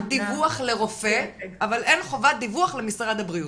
דיווח לרופא אבל אין חובת דיווח למשרד הבריאות,